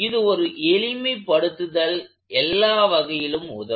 இது ஒரு எளிமைப்படுத்தல் எல்லா வகையிலும் உதவும்